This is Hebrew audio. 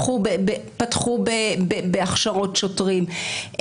פתחו בהכשרות שוטרים.